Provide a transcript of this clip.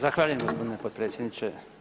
Zahvaljujem gospodine potpredsjedniče.